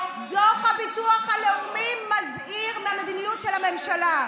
דוח הביטוח הלאומי מזהיר מהמדיניות של הממשלה.